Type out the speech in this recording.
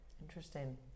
Interesting